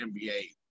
NBA